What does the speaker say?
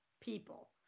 people